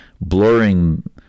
blurring